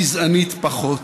גזענית הרבה פחות.